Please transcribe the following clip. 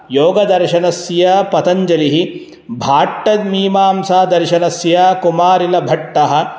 योगदर्शनस्य पतञ्जलिः भाट्टमीमांसादर्शनस्य कुमारिलभट्टः